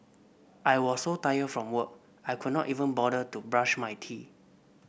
I was so tired from work I could not even bother to brush my teeth